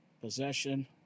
Possession